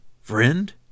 Friend